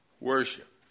Worship